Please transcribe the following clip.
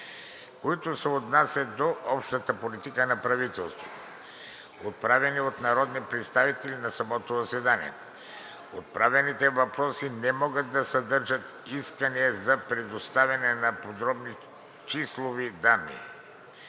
които се отнасят до общата политика на правителството, отправени от народни представители на самото заседание. Отправените въпроси не могат да съдържат искания за предоставяне на подробни числови данни.